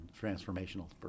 transformational